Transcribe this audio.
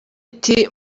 iti